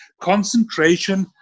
Concentration